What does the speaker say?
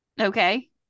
okay